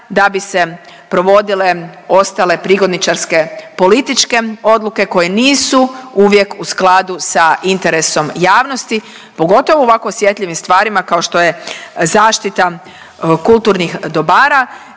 da bi se provodile ostale prigodničarske političke odluke koje nisu uvijek u skladu sa interesom javnosti, pogotovo u ovako osjetljivim stvarima kao što je zaštita kulturnih dobara.